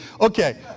Okay